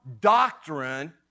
doctrine